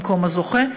במקום הזוכה.